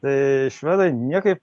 tai švedai niekaip